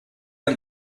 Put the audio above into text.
and